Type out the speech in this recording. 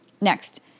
Next